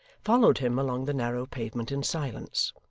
followed him along the narrow pavement in silence.